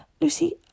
Lucy